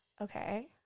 Okay